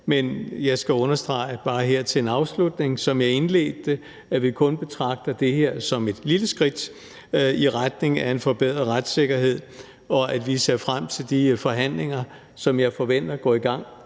Men jeg skal understrege, bare her til en afslutning, som jeg indledte med, at vi kun betragter det her som et lille skridt i retning af en forbedret retssikkerhed, og at vi ser frem til de forhandlinger, som jeg forventer går i gang